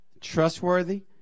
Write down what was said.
trustworthy